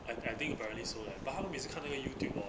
I I think apparently so leh but 他们每次看那个 YouTube orh